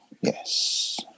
Yes